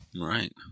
right